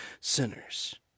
sinners